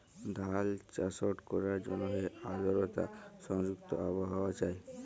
ধাল চাষট ক্যরার জ্যনহে আদরতা সংযুক্ত আবহাওয়া চাই